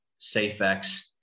SafeX